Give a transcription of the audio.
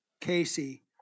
Casey